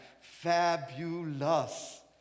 fabulous